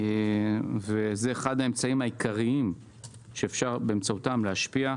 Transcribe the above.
וזה אחד האמצעים העיקריים שאפשר באמצעותם להשפיע,